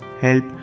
help